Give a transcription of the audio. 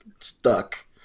stuck